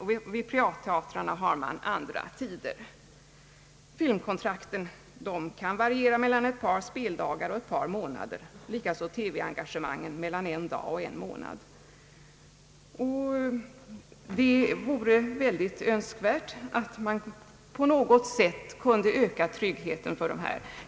Vid de privata teatrarna har man andra tider. Filmkontrakten kan variera mellan ett par speldagar och ett par månader, likaså TV-engagemangen mellan en dag och en månad. Det vore i hög grad önskvärt att man på något sätt kunde öka tryggheten för dessa kategorier.